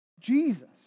Jesus